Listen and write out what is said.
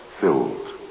filled